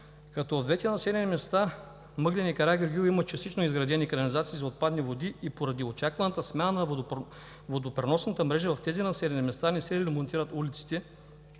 Айтос. В двете населени места – Мъглен и Карагеоргиево, има частично изградени канализации за отпадни води и поради очакваната смяна на водопреносната мрежа в тези населени места не се ремонтират улиците,